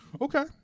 Okay